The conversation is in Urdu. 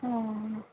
ہاں ہاں